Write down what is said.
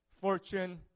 fortune